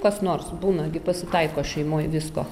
kas nors būna gi pasitaiko šeimoj visko